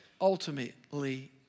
ultimately